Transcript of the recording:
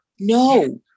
No